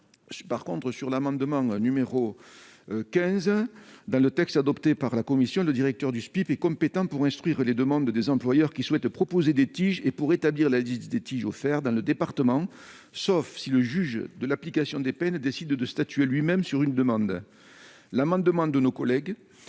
Quant à l'amendement n° 15, le texte adopté par la commission prévoit que le directeur du SPIP est compétent pour instruire les demandes des employeurs qui souhaitent proposer des TIG, et pour établir la liste de ceux qui sont offerts dans le département, sauf si le juge de l'application des peines décide de statuer lui-même sur une demande. L'amendement de nos collègues